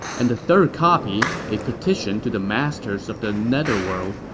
and the third copy, a petition to the masters of the netherworld,